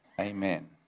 Amen